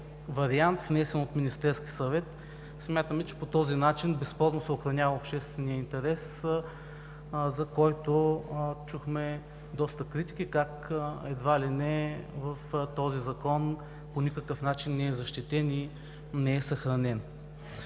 вариант, внесен от Министерския съвет. Смятаме, че по този начин безспорно се охранява общественият интерес, за който чухме доста критики как едва ли не в този закон по никакъв начин не е защитен и не е съхранен.